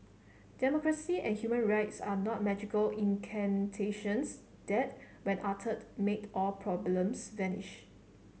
democracy and human rights are not magical incantations that when uttered make all problems vanish